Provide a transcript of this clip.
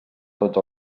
tots